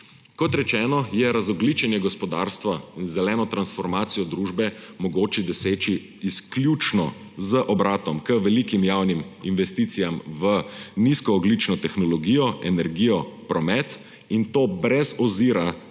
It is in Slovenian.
rečeno, je razogljičenje gospodarstva in zeleno transformacijo družbe mogoče doseči izključno z obratom k velikim javnim investicijam v nizkoogljično tehnologijo, energijo, promet, in to brez ozira